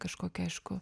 kažkokį aišku